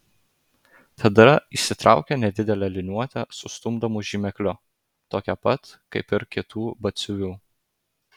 tada išsitraukė nedidelę liniuotę su stumdomu žymekliu tokią pat kaip ir kitų batsiuvių